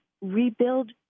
rebuild